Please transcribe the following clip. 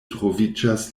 troviĝas